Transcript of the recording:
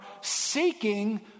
seeking